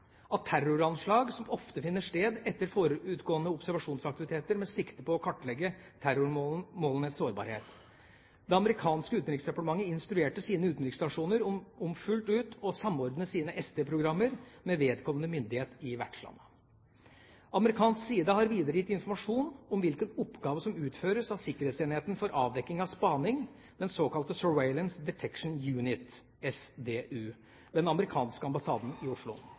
at terroranslag som oftest finner sted etter forutgående observasjonsaktiviteter med sikte på å kartlegge terrormålenes sårbarhet. Det amerikanske utenriksdepartementet instruerte sine utenriksstasjoner om fullt ut å samordne sine SD-programmer med vedkommende myndighet i vertslandet. Amerikansk side har videre gitt informasjon om hvilke oppgaver som utføres av sikkerhetsenheten for avdekking av spaning, den såkalte Surveillance Detection Unit, SDU, ved den amerikanske ambassaden i Oslo.